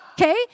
Okay